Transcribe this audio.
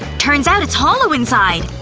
turns out it's hollow inside!